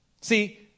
See